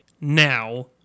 now